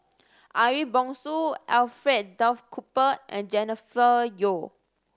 Ariff Bongso Alfred Duff Cooper and Jennifer Yeo